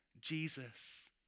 Jesus